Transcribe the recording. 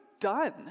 done